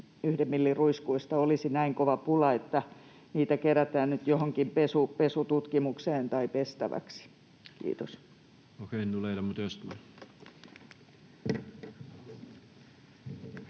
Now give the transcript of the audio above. yhden millin ruiskuista olisi näin kova pula, että niitä kerätään nyt johonkin pesututkimukseen tai pestäväksi? — Kiitos.